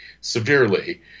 severely